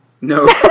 No